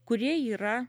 kurie yra